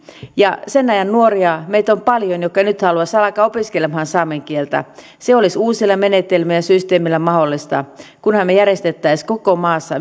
ja sen ajan nuoria meitä on paljon jotka nyt haluaisimme alkaa opiskelemaan saamen kieltä se olisi uusilla menetelmillä systeemeillä mahdollista kunhan me järjestäisimme koko maassa